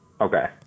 Okay